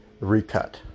recut